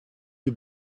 you